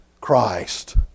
Christ